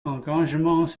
engagements